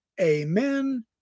Amen